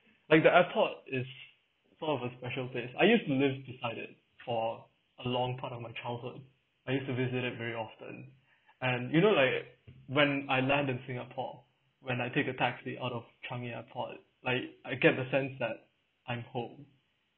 like the airport is sort of special place I used to live beside it for a long part of my childhood I used to visit it very often and you know like when I land in singapore when I take a taxi out of changi airport like I get the sense that I'm home